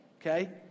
okay